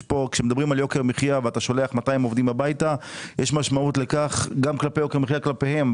ברגע שאתה שולח 200 עובדים הביתה יש משמעות ליוקר המחייה כלפיהם.